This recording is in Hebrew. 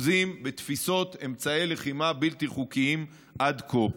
בתפיסות אמצעי לחימה בלתי חוקיים עד כה.